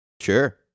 Sure